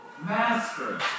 master